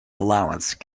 allowance